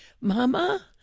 Mama